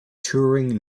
touring